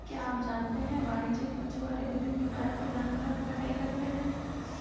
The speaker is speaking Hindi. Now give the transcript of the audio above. क्या आप जानते है वाणिज्यिक मछुआरे विभिन्न प्रकार के जानवरों की कटाई करते हैं?